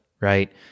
right